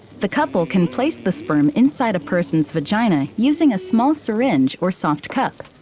the couple can place the sperm inside a person's vagina using a small syringe, or soft cup,